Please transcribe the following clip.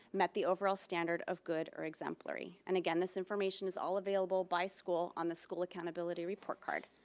met the overall standard, of good or exemplary, and again this information is all available by school on the school accountability report card.